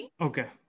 Okay